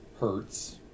Hertz